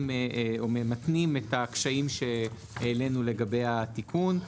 או ממתנים את הקשיים שהעלינו לגבי התיקון.